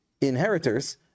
inheritors